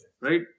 Right